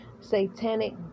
satanic